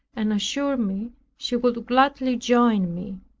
and assured me she would gladly join me.